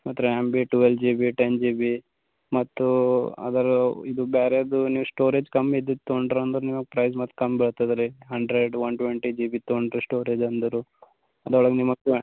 ಮತ್ತು ರ್ಯಾಮ್ ಭೀ twelve G B ten G B ಮತ್ತು ಅದರ ಇದು ಬೇರೇದು ನೀವು ಸ್ಟೋರೇಜ್ ಕಮ್ಮಿ ಇದ್ದಿದ್ದು ತಗೊಂಡ್ರಿ ಅಂದ್ರೆ ನಿಮಗ್ ಪ್ರೈಸ್ ಮತ್ತೂ ಕಮ್ಮಿ ಬೀಳ್ತದೆ ರೀ ಹಂಡ್ರೆಡ್ ಒನ್ ಟ್ವೆಂಟಿ ಜಿ ಬಿದು ತೊಗೊಂಡ್ರೆ ಸ್ಟೋರೇಜ್ ಅಂದರೂ ಅದ್ರೊಳಗೆ ನಿಮಗೆ